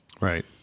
Right